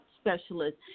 specialist